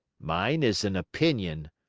mine is an opinion,